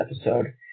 episode